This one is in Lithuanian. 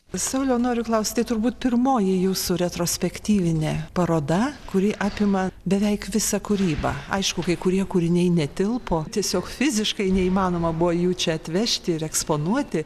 sauliau noriu klaust tai turbūt pirmoji jūsų retrospektyvinė paroda kuri apima beveik visą kūrybą aišku kai kurie kūriniai netilpo tiesiog fiziškai neįmanoma buvo jų čia atvežti ir eksponuoti